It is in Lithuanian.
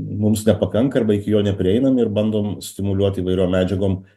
mums nepakanka arba iki jo neprieinam ir bandom stimuliuot įvairiom medžiagom